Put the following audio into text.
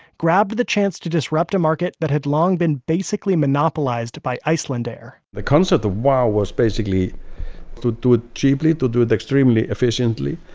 grabbed the chance to disrupt a market that had long been basically monopolized by iceland air the concept of wow was basically to do it cheaply, to do it extremely efficiently.